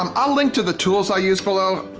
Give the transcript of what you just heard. um i'll link to the tools i use below.